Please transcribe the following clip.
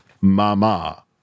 Mama